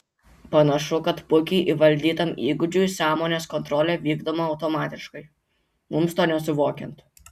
panašu kad puikiai įvaldytam įgūdžiui sąmonės kontrolė vykdoma automatiškai mums to nesuvokiant